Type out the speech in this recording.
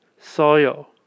soil